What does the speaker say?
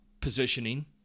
positioning